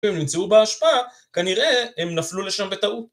והם נמצאו בהשפעה, כנראה הם נפלו לשם בטעות.